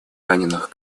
раненых